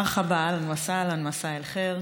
מרחבא, אהלן וסהלן, מסא אל-ח'יר.